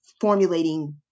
formulating